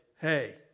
hey